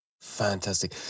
Fantastic